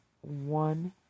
One